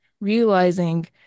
realizing